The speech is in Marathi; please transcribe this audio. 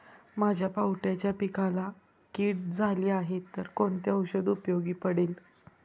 माझ्या पावट्याच्या पिकाला कीड झाली आहे तर कोणते औषध उपयोगी पडेल?